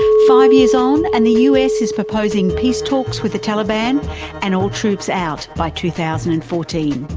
five years on and the us is proposing peace talks with the taliban and all troops out by two thousand and fourteen.